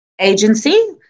agency